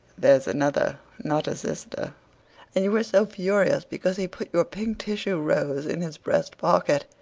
there's another, not a sister and you were so furious because he put your pink tissue rose in his breast pocket!